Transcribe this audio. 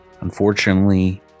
Unfortunately